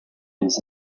les